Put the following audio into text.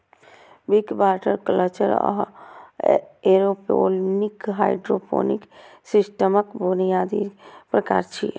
Wick, water culture आ aeroponic hydroponic सिस्टमक बुनियादी प्रकार छियै